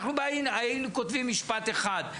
אנחנו היינו כותבים משפט אחד,